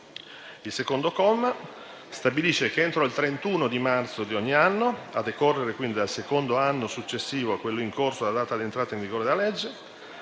Il secondo comma stabilisce che, entro il 31 di marzo di ogni anno a decorrere dal secondo anno successivo a quello in corso alla data di entrata in vigore della legge,